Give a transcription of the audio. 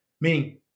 meaning